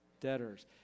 debtors